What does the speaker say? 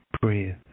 Breathe